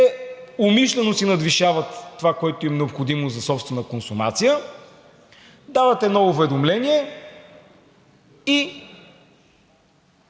умишлено си надвишават това, което им е необходимо за собствена консумация, дават едно уведомление и